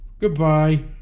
Goodbye